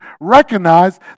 recognize